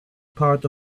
part